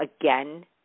again